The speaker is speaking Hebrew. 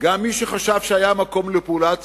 אצל מי שחשב שהיה מקום לפעולה צבאית,